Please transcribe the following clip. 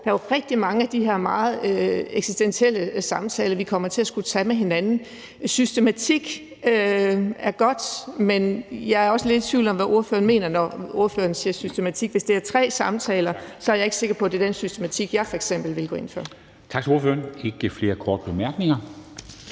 der er jo rigtig mange af de her meget eksistentielle samtaler, vi kommer til at skulle tage med hinanden. Systematik er godt, men jeg er også lidt i tvivl om, hvad ordføreren mener, når ordføreren siger »systematik«. Hvis det er tre samtaler, så er jeg ikke sikker på, at det er den systematik, jeg f.eks. ville gå ind for. Kl. 10:31 Formanden